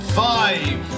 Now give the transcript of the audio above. five